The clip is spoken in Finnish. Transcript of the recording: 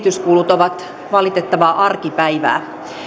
ovat valitettavaa arkipäivää